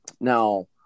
Now